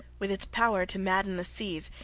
with its power to madden the seas,